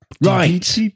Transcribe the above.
right